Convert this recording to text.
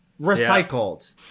recycled